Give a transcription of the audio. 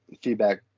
feedback